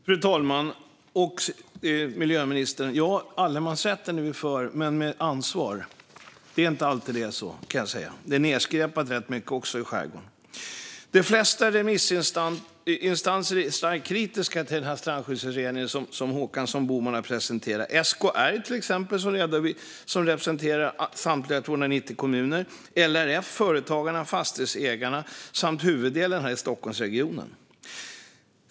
Fru talman! Vi är för allemansrätten - men med ansvar. Det är inte alltid det är så; till exempel skräpas det ned mycket i skärgården. De flesta remissinstanser är kritiska till den strandskyddsutredning som Håkansson Boman har presenterat. Det gäller SKR, som representerar samtliga 290 kommuner, LRF, Företagarna och Fastighetsägarna samt huvuddelen av Stockholmsregionen.